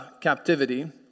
captivity